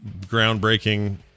groundbreaking